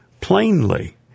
plainly